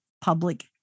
public